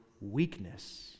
weakness